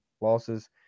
losses